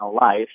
life